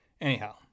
Anyhow